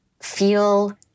feel